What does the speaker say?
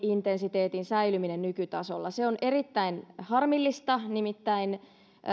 intensiteetin säilyminen nykytasolla se on erittäin harmillista nimittäin